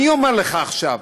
אני אומר לך עכשיו,